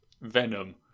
Venom